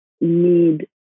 need